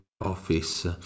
Office